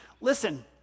Listen